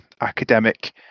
academic